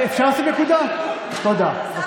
ועכשיו